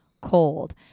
cold